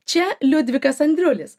čia liudvikas andriulis